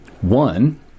one